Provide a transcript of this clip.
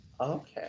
okay